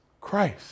Christ